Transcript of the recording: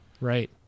right